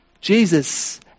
Jesus